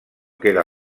queda